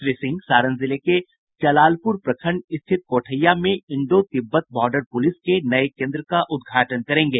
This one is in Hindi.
श्री सिंह सारण जिले के जलालप्र प्रखण्ड स्थित कोठैया में इंडो तिब्बत बॉर्डर पूलिस के नये केंद्र का उद्घाटन करेंगे